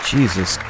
Jesus